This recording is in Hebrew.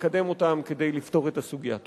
לקדם אותם כדי לפתור את הסוגיה.